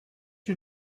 you